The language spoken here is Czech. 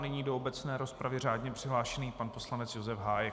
Nyní do obecné rozpravy řádně přihlášený pan poslanec Josef Hájek.